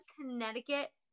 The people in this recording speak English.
Connecticut